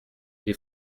les